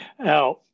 Now